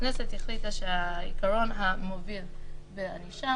הכנסת החליטה שהעיקרון המוביל בענישה